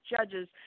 judges